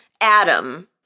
Adam